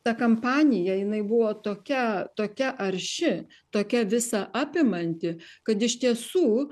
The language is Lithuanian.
ta kampanija jinai buvo tokia tokia arši tokia visa apimanti kad iš tiesų